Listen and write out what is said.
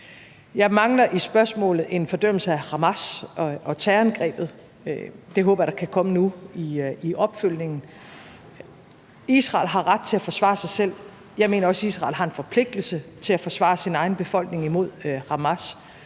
Jeg mangler i spørgsmålet en fordømmelse af Hamas og terrorangrebet, men det håber jeg kan komme nu i opfølgningen. Israel har ret til at forsvare sig selv, og jeg mener også, at Israel har en forpligtelse til at forsvare sin egen befolkning mod Hamas,